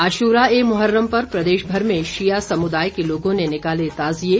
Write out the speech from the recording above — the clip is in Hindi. आशूरा ए मुहर्रम पर प्रदेशमर में शिया समुदाय के लोगों ने निकाले ताजिये